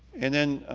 and then,